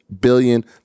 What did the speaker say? billion